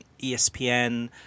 ESPN